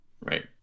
Right